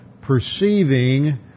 perceiving